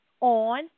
on